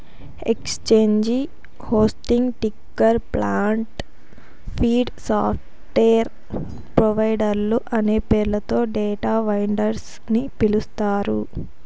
exchange hosting, ticker plant, feed, software ప్రొవైడర్లు అనే పేర్లతో డేటా వెండర్స్ ని పిలుస్తారు